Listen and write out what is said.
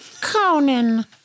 Conan